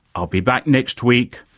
i'll be back next week,